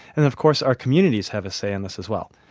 and of course, our communities have a say on this as well,